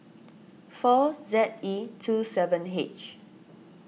four Z E two seven H